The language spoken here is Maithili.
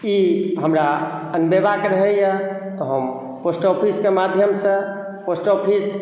ई हमरा अनबेबा के रहैया तऽ हम पोस्टऑफिसक माध्यम से पोस्ट ऑफिस